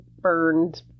burned